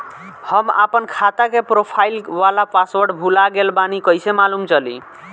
हम आपन खाता के प्रोफाइल वाला पासवर्ड भुला गेल बानी कइसे मालूम चली?